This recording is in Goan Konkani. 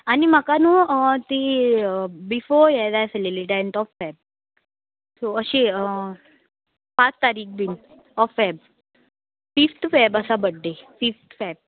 आनी म्हाका न्हू ती बिफोर हे जाय आसलेली टॅन्ट ऑफ फॅब सो अशी पांच तारीक बीन ऑफ फेब फिफ्त फॅब आसा बड्डे फिफ्त फॅब